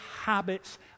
habits